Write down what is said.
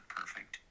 perfect